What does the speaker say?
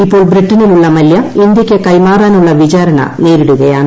ഇപ്പോൾ ബ്രിട്ടനിലുള്ള മല്യ ഇന്ത്യക്ക് കൈമാറാനുള്ള വിചാരണ നേരിടുകയാണ്